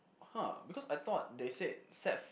!huh! because I thought they said set